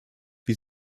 wie